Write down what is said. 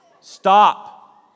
Stop